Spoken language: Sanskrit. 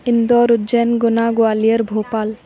इन्दोर् उज्जैन् गुनाग् ग्वालियर् भोपाल्